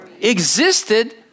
Existed